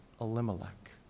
Elimelech